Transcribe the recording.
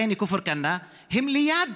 ריינה וכפר כנא הם ליד,